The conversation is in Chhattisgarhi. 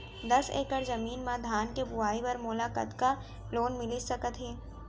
दस एकड़ जमीन मा धान के बुआई बर मोला कतका लोन मिलिस सकत हे?